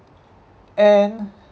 and